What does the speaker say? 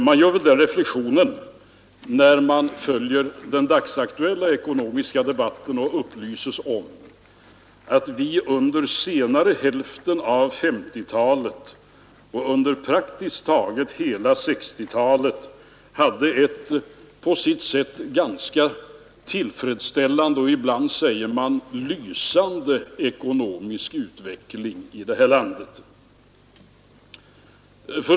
Man gör den reflexionen när man följer den dagsaktuella ekonomiska debatten och upplyses om att vi under senare hälften av 1950-talet och under praktiskt taget hela 1960-talet hade en på sitt sätt ganska tillfredsställande och ibland, säger man, lysande ekonomisk utveckling i det här landet.